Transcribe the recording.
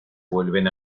vuelven